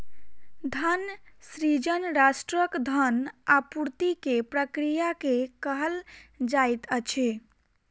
धन सृजन राष्ट्रक धन आपूर्ति के प्रक्रिया के कहल जाइत अछि